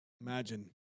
imagine